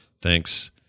Thanks